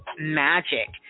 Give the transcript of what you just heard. magic